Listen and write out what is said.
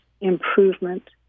improvement